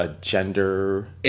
gender